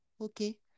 okay